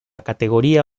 categoría